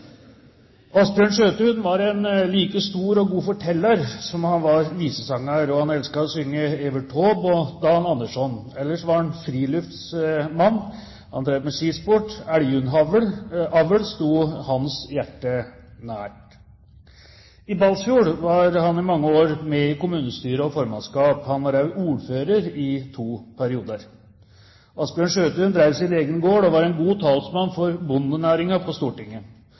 var en like stor og god forteller som han var visesanger. Han elsket å synge Evert Taube og Dan Andersson. Ellers var han friluftsmann, og skisport og elghundavl sto hans hjerte nær. I Balsfjord var han i mange år med i kommunestyre og formannskap. Han var også ordfører i to perioder. Asbjørn Sjøthun drev sin egen gård og var en god talsmann for bondenæringa på Stortinget.